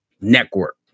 network